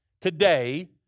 today